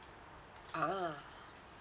ah